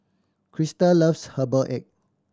Christa loves herbal egg